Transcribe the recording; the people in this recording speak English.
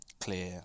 clear